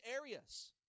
areas